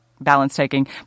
balance-taking